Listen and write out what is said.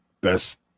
best